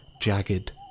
jagged